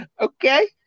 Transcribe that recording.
Okay